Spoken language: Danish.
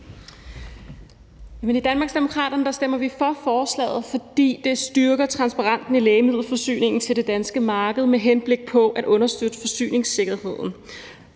I Danmarksdemokraterne stemmer vi for forslaget, fordi det styrker transparensen i lægemiddelforsyningen til det danske marked med henblik på at understøtte forsyningssikkerheden,